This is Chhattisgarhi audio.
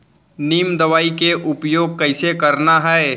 नीम दवई के उपयोग कइसे करना है?